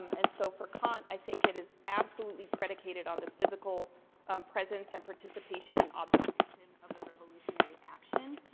um and so, for kant, i think it is absolutely predicated on the physical presence and participation and observation of the revolutionary action.